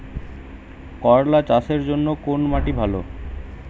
করলা চাষের জন্য কোন মাটি ভালো?